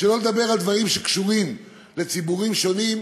שלא לדבר על דברים שקשורים לציבורים שונים,